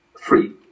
free